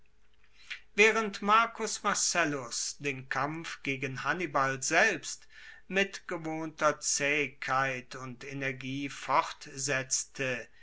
waehrend marcus marcellus den kampf gegen hannibal selbst mit gewohnter zaehigkeit und energie